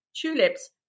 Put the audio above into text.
tulips